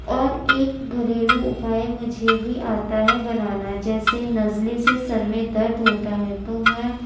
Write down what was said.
اور ایک گھریلو اپائے مجھے بھی آتا ہے بنانا جیسے نزلے سے سر میں درد ہوتا ہے تو میں